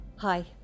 Hi